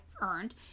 earned